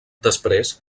després